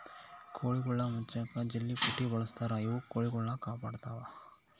ಕೋಳಿಗುಳ್ನ ಮುಚ್ಚಕ ಜಲ್ಲೆಪುಟ್ಟಿ ಬಳಸ್ತಾರ ಇವು ಕೊಳಿಗುಳ್ನ ಕಾಪಾಡತ್ವ